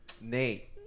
Nate